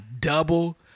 double